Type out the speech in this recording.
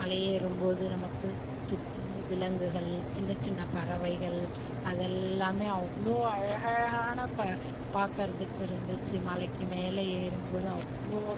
மலையேரும் போது நமக்கு சுற்றி விலங்குகள் சின்ன சின்ன பறவைகள் அதெல்லாமே அவ்வளோ அழக அழகான பார்க்கறத்துக்கு இருந்துச்சு மலைக்கு மேல் ஏறும் போது அவ்வளோ